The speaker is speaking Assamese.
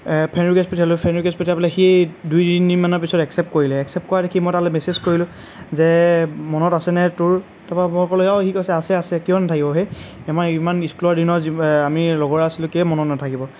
ফ্ৰেণ্ড ৰিকুৱেষ্ট পঠিয়ালোঁ ফ্ৰেণ্ড ৰিকুৱেষ্ট পঠিয়াই পেলাই সি দুই তিনদিন মানৰ পিছত একচেপ্ট কৰিলে একচেপ্ট কৰা দেখি মই তালৈ মেছেজ কৰিলোঁ যে মনত আছেনে তোৰ তাৰ পৰা মই ক'লোঁ অঁ সি কৈছে আছে আছে কিয় নাথাকিব হে আমাৰ ইমান স্কুলৰ দিনৰ যি আমি লগৰ আছিলোঁ কিয় মনত নাথাকিব